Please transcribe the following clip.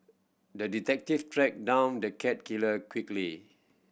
the detective tracked down the cat killer quickly